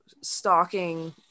stalking